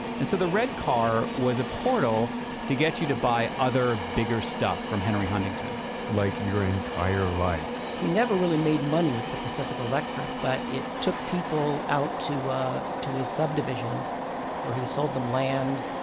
and so the red car was a portal to get you to buy other bigger stuff from henry huntington like your entire life he never really made money with the pacific electric but it took people out to ah to his subdivisions or he sold them land,